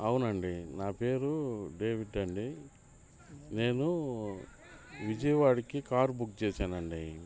అవునండి నా పేరు డేవిడ్ అండి నేను విజయవాడకి కార్ బుక్ చేసానండి